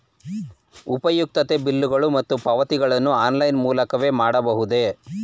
ಉಪಯುಕ್ತತೆ ಬಿಲ್ಲುಗಳು ಮತ್ತು ಪಾವತಿಗಳನ್ನು ಆನ್ಲೈನ್ ಮುಖಾಂತರವೇ ಮಾಡಬಹುದೇ?